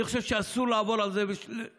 אני חושב שאסור לעבור על זה לסדר-היום.